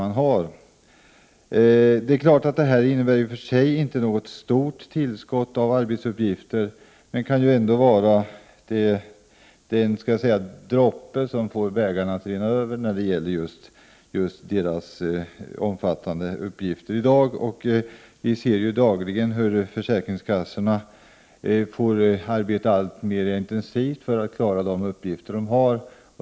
I och för sig är det inte fråga om något stort tillskott av arbetsuppgifter, men detta kan ändå så att säga vara droppen som får bägaren att rinna över. Vi ser dagligen hur försäkringskassorna får arbeta alltmer intensivt för att fullgöra sina uppgifter.